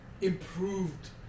Improved